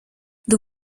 the